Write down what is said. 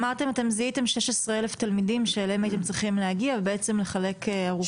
אמרת שזיהיתם 16,000 תלמידים שאליהם היו צריכים להגיע ולחלק ארוחות.